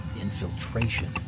infiltration